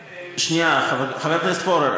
שנייה, חבר הכנסת פורר.